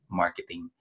marketing